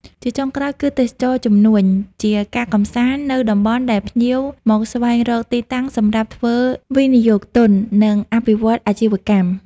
ជាចុងក្រោយ គឺទេសចរណ៍ជំនួញ ជាការកំសាន្តនៅតំបន់ដែលភ្ញៀវមកស្វែងរកទីតាំងសម្រាប់ធ្វើវិយោគទុន និងអភិវឌ្ឍអាជីវកម្ម។